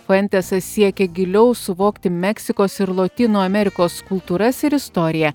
fuentesas siekia giliau suvokti meksikos ir lotynų amerikos kultūras ir istoriją